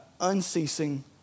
unceasing